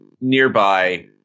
nearby